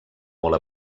molt